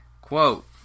Quote